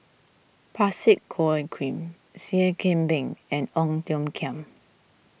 Parsick Joaquim Seah Kian Peng and Ong Tiong Khiam